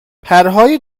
پرهای